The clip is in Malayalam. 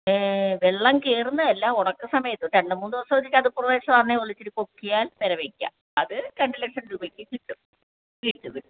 വെള്ളം കയറുന്നതല്ല ഉണക്ക് സമയത്ത് രണ്ടുമൂന്ന് ദിവസം ഒരു ചതുപ്പ് പ്രദേശമാണെന്നേ ഉള്ളൂ ഇത്തിരി പൊക്കിയാൽ പുര വയ്ക്കാം അത് രണ്ട് ലക്ഷം രൂപയ്ക്ക് കിട്ടും കിട്ടും കിട്ടും